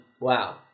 Wow